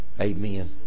Amen